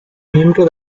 miembro